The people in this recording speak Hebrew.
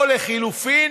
או, לחלופין,